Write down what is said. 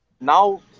Now